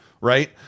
Right